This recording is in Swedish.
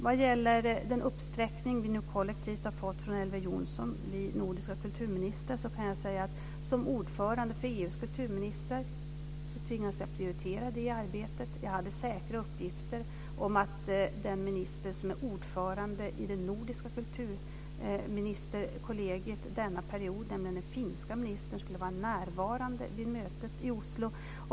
Vad gäller den uppsträckning vi nordiska kulturministrar nu kollektivt har fått från Elver Jonsson kan jag säga att som ordförande för EU:s kulturministrar tvingas jag prioritera det arbetet. Jag hade säkra uppgifter om att den minister som är ordförande i det nordiska kulturministerkollegiet denna period, den finska ministern, skulle vara närvarande vid mötet i Oslo.